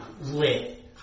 lit